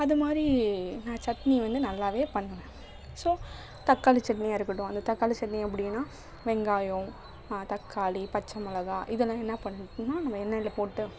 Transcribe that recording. அதைமாரி நான் சட்னி வந்து நல்லாவே பண்ணுவேன் ஸோ தக்காளி சட்னியா இருக்கட்டும் அந்த தக்காளி சட்னி அப்பிடின்னா வெங்காயம் தக்காளி பச்சை மொளகாய் இதெல்லாம் என்னா பண்ணணுன்னா நம்ம எண்ணெயில் போட்டு